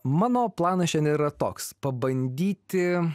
mano planas šiandien yra toks pabandyti